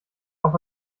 auch